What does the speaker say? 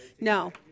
No